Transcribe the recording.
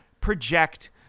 project